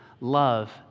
love